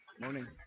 Morning